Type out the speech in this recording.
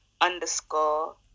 underscore